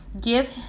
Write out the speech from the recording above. give